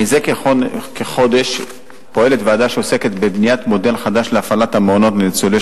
מזה כחודש פועלת ועדה שעוסקת בבניית מודל חדש להפעלת המעונות לניצולי